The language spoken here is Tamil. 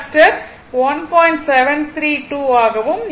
732 ஆகவும் இருக்கும்